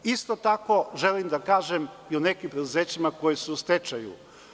Isto tako želim da kažem i o nekim preduzećima koja su stečaju.